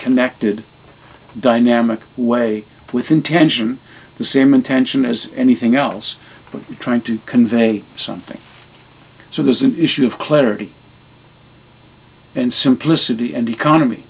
connected dynamic way with intention the same intention as anything else but trying to convey something so there's an issue of clarity and simplicity and economy